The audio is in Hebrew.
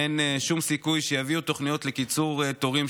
אין שום סיכוי שיביאו תוכניות לקיצור תורים,